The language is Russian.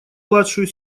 младшую